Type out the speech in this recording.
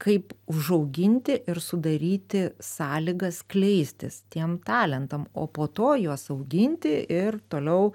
kaip užauginti ir sudaryti sąlygas skleistis tiem talentam o po to juos auginti ir toliau